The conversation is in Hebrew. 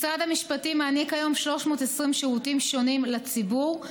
משרד המשפטים מעניק כיום 320 שירותים שונים לציבור,